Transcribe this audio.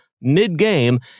mid-game